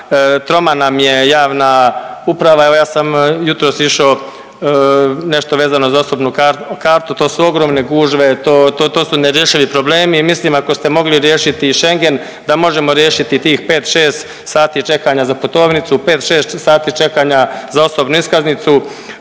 troma nam je javna uprava, evo ja sam jutros išao nešto vezano za osobnu kartu, to su ogromne gužve, to su nerješivi problemi i mislim, ako ste mogli riješiti i Schengen, da možemo i riješiti tih 5, 6 sati čekanja za putovnicu, 5, 6 sati čekanja za osobnu iskaznicu.